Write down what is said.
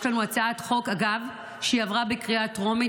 יש לנו הצעת חוק שעברה בקריאה טרומית,